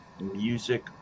music